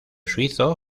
suizo